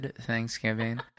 Thanksgiving